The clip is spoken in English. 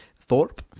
Thorpe